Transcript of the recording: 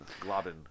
Globin